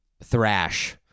thrash